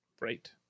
Right